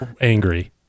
angry